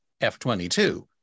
F-22